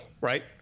right